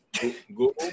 Google